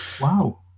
wow